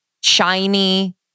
shiny